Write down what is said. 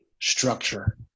structure